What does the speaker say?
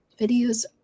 videos